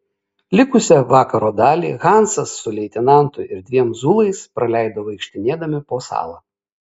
likusią vakaro dalį hansas su leitenantu ir dviem zulais praleido vaikštinėdami po salą